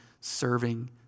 serving